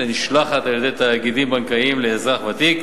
הנשלחת על-ידי תאגידים בנקאיים לאזרח ותיק